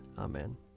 Amen